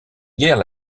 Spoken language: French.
guerre